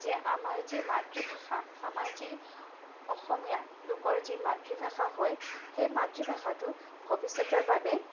যে আমাৰ যি মাতৃভাষা আমাৰ যি অসমীয়া লোকৰ যি মাতৃভাষা হয় সেই মাতৃভাষাটোক ভৱিষ্যতৰ বাবে